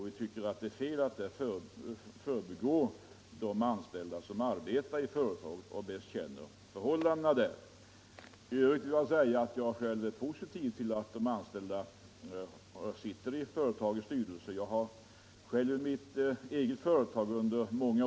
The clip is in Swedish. Vi tycker att det är fel att förbigå de anställda, som bäst känner förhållandena i det företag där de är verksamma. I övrigt vill jag tillägga att jag själv är positivt inställd till att de anställda tion för de anställda är representerade i företagens styrelser.